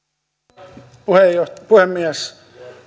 arvoisa puhemies